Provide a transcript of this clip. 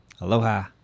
Aloha